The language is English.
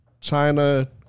China